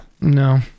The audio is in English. No